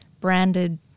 branded